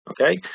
okay